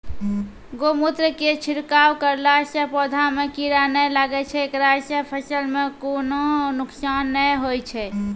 गोमुत्र के छिड़काव करला से पौधा मे कीड़ा नैय लागै छै ऐकरा से फसल मे कोनो नुकसान नैय होय छै?